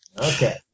Okay